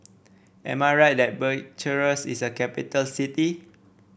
am I right that Bucharest is a capital city